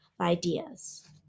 ideas